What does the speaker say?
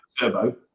turbo